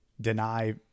deny